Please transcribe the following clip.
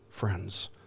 friends